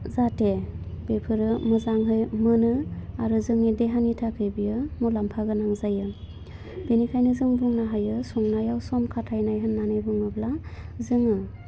जाहाथे बेफोरो मोजाङै मोनो आरो जोंनि देहानि थाखाय बियो मुलाम्फा गोनां जायो बेनिखायनो जों बुंनो हायो संनायाव सम खाथायनाय होन्नानै बुङोब्ला जोङो